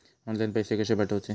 Online पैसे कशे पाठवचे?